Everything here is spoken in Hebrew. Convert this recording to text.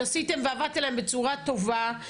שעשיתם ועבדתם עליהם בצורה טובה,